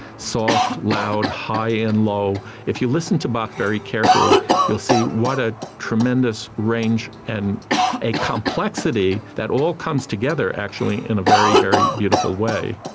soft, loud, high and low. if you listen to bach very carefully you'll see what a tremendous range and a complexity that all comes together actually in a very, very beautiful way.